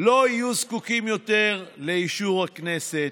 לא יהיו זקוקים יותר לאישור הכנסת,